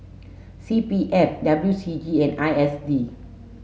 C P F W C G and I S D